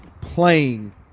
playing